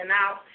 out